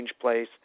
Place